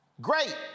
Great